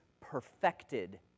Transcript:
perfected